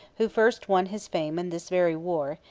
who first won his fame in this very war,